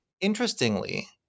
Interestingly